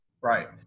right